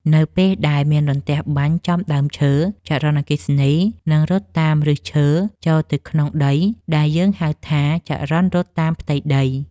នៅពេលដែលមានរន្ទះបាញ់ចំដើមឈើ ចរន្តអគ្គិសនីនឹងរត់តាមឫសឈើចូលទៅក្នុងដីដែលយើងហៅថាចរន្តរត់តាមផ្ទៃដី។